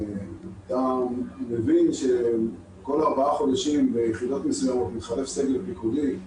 אתה מבין שכל ארבעה חודשים ביחידות מסוימות מתחלף סגל פיקודי,